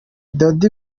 daddy